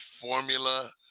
formula